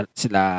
sila